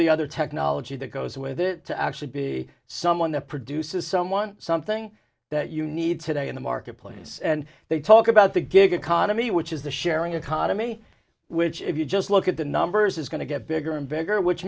the other technology that goes with it to actually be someone that produces someone something that you need today in the marketplace and they talk about the gig economy which is the sharing economy which if you just look at the numbers is going to get bigger and bigger which